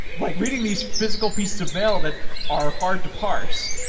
like reading these physical pieces of mail that are hard to parse.